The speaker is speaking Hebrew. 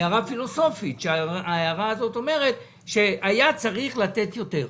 הערה פילוסופית, שאומרת שהיה צריך לתת יותר.